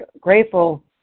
grateful